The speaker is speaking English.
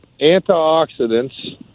antioxidants